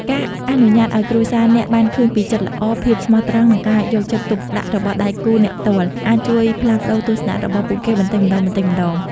ការអនុញ្ញាតឲ្យគ្រួសារអ្នកបានឃើញពីចិត្តល្អ ភាពស្មោះត្រង់ និងការយកចិត្តទុកដាក់របស់ដៃគូអ្នកផ្ទាល់ អាចជួយផ្លាស់ប្តូរទស្សនៈរបស់ពួកគេបន្តិចម្តងៗ។